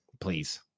please